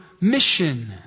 mission